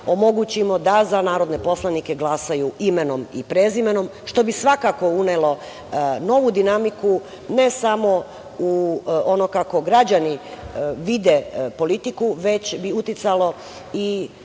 omogućimo da za narodne poslanike glasaju imenom i prezimenom, što bi svakako unelo novu dinamiku, ne samo u ono kako građani vide politiku, već bi uticalo i